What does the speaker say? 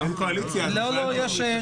אין פה קואליציה אז בכלל טוב.